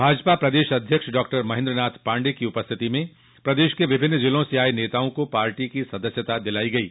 भाजपा प्रदेश अध्यक्ष डॉक्टर महेन्द्रनाथ पांडेय की उपस्थिति में प्रदेश के विभिन्न जिलों से आये नेताओं को पार्टी की सदस्यता दिलाई गयी